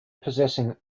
possessing